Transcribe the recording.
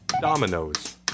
Dominoes